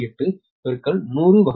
1810090ல் 0